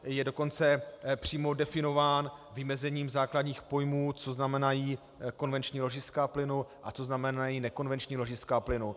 Je dokonce přímo definován vymezením základních pojmů, co znamenají konvenční ložiska plynu a co znamenají nekonvenční ložiska plynu.